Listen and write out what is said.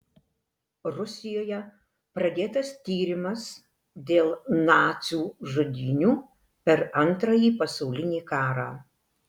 rusijoje pradėtas tyrimas dėl nacių žudynių per antrąjį pasaulinį karą